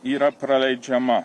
yra praleidžiama